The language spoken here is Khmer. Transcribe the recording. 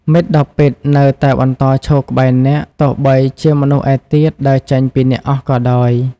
មិត្តដ៏ពិតនៅតែបន្តឈរក្បែរអ្នក ទោះបីជាមនុស្សឯទៀតដើរចេញពីអ្នកអស់ក៏ដោយ។